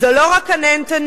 זו לא רק הנהנתנות,